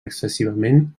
excessivament